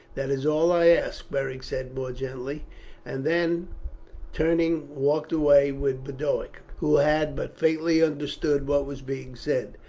that is all i ask, beric said more gently and then turning walked away with boduoc, who had but faintly understood what was being said,